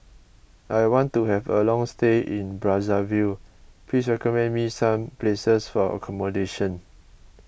I want to have a long stay in Brazzaville please recommend me some places for accommodation